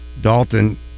Dalton